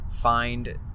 find